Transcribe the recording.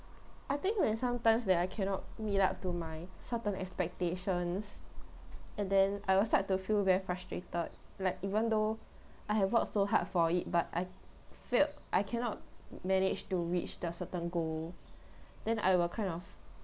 I think when sometimes that I cannot meet up to my certain expectations and then I will start to feel very frustrated like even though I have worked so hard for it but I failed I cannot manage to reach the certain goal then I'll kind of